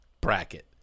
bracket